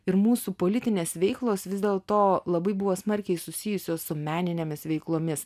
ir mūsų politinės veiklos vis dėl to labai buvo smarkiai susijusios su meninėmis veiklomis